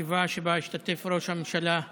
ישיבה שבה השתתף ראש הממשלה בזום,